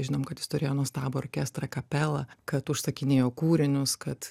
žinom kad jis turėjo nuostabų orkestrą kapelą kad užsakinėjo kūrinius kad